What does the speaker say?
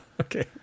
Okay